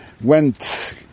went